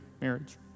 marriage